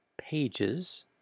pages